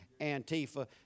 Antifa